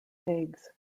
eggs